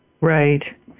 Right